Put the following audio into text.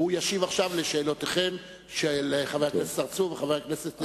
והוא ישיב עכשיו על שאלותיהם של חבר הכנסת צרצור וחבר הכנסת אלסאנע.